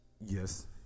yes